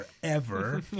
forever